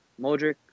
Modric